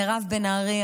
מירב בן ארי,